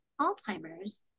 Alzheimer's